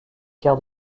quarts